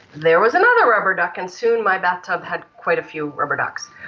there was another rubber duck. and soon my bathtub had quite a few rubber ducks.